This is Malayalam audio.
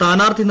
സ്ഥാനാർത്ഥി വി